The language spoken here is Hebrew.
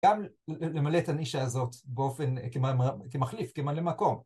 גם למלא את הנישה הזאת כמחליף, כממלא מקום.